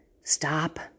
stop